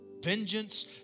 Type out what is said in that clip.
Vengeance